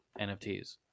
NFTs